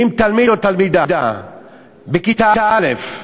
שאם תלמיד או תלמידה בכיתה א'